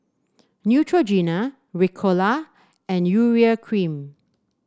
Neutrogena Ricola and Urea Cream